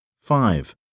Five